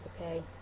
Okay